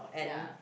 ya